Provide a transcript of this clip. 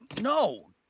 No